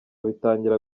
bitangira